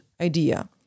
idea